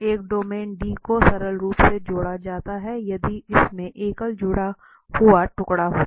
एक domain D को सरल रूप से जोड़ा जाता है यदि इनमें एकल जुड़ा हुआ टुकड़ा होता है